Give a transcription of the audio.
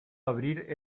abrir